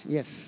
Yes